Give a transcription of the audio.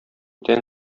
тән